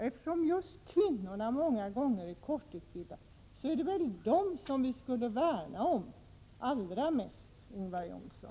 Eftersom just kvinnor många gånger är lågutbildade är det väl dem vi skulle värna allra mest, Ingvar Johnsson.